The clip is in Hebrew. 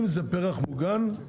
אם זה פרח מוגן, כן.